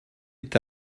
est